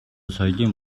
соёлын